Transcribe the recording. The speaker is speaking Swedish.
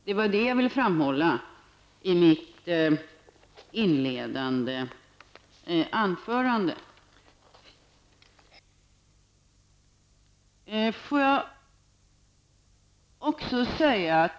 Det var detta jag ville framhålla i mitt inledande anförande.